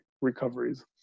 recoveries